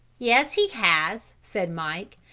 yes, he has, said mike,